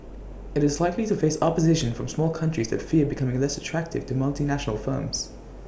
IT is likely to face opposition from small countries that fear becoming less attractive to multinational firms